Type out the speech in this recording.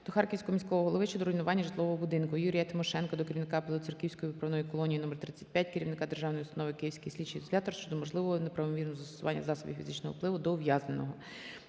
до Харківського міського голови щодо руйнування житлового будинку. Юрія Тимошенка до керівника Білоцерківської виправної колонії (№35), керівника Державної установи "Київський слідчий ізолятор" щодо можливого неправомірного застосування засобів фізичного впливу до ув'язненого.